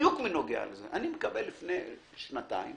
אשתי קיבלה לפני שנתיים